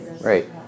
right